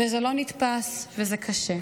וזה לא נתפס, וזה קשה.